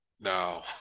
now